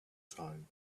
time